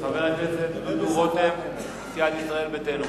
אחרים מבינים מצוין.